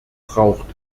braucht